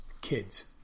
Kids